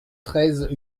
treize